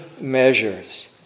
measures